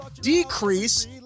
decrease